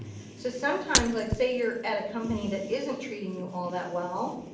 so sometimes, like say your at a company that isn't treating you all that well,